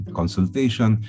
consultation